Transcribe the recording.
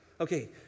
Okay